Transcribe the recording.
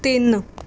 ਤਿੰਨ